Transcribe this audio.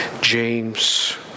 James